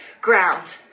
ground